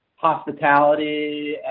hospitality